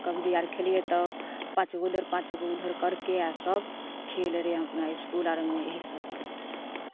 कबड्डी आर खेलियै तऽ पाँचगो इधर पाँचगो उधर करके आ सभ खेलै रहियै अपना इसकूल आर मे एहि सभ करै